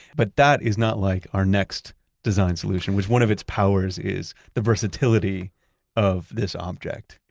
but that is not like our next design solution, which one of its powers is the versatility of this object.